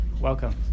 welcome